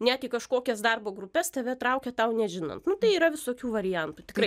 net į kažkokias darbo grupes tave traukia tau nežinant nu tai yra visokių variantų tikrai